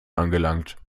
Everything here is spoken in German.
angelangt